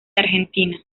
argentina